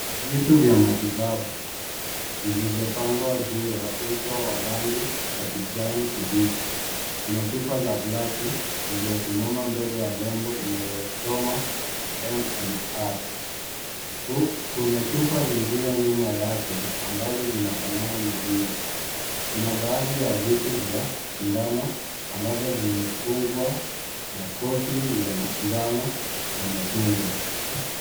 Vitu vya matibabu vilivyopangwa juu ya uso wa kijani kibichi, kuna chupa za glasi iliyosimama mbele ya nembo iliyosoma MMR ,kuna chupa zingine nyuma yake ambazo zinafanana na hiyo kuna baadhi ya vitu vya sindano ambavyo vimefungwa na kofi ya njano na machungwa.